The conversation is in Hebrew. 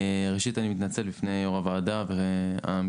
ראשית, אני מתנצל בפני יו"ר הוועדה והמשתתפים.